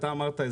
אתה אמרת,